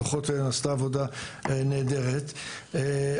חברה ועומד המנכ"ל שלה אתנו לחקר ימים ואגמים,